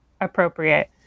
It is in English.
appropriate